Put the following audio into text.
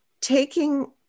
taking